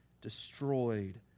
destroyed